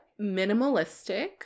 minimalistic